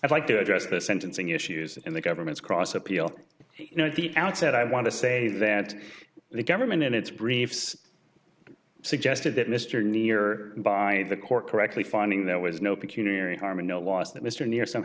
i'd like to address the sentencing issues in the government's cross appeal you know the outset i want to say that the government in its briefs suggested that mr near by the court correctly finding there was no peculiar area harming no loss that mr near some